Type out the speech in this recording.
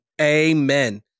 Amen